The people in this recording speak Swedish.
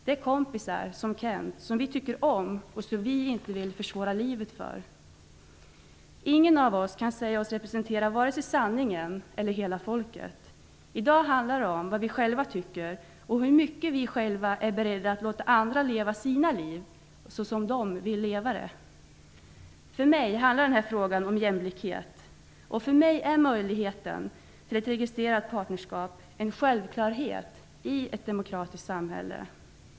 Det är kompisar, som Kent Carlsson, som vi tycker om och som vi inte vill försvåra livet för. Ingen av oss kan säga oss representera vare sig sanningen eller hela folket. I dag handlar det om vad vi själva tycker och om vi själva är beredda att låta andra leva sitt liv som de vill leva det. För mig handlar den här frågan om jämlikhet. För mig är möjligheten till ett registrerat partnerskap en självklarhet i ett demokratiskt samhälle.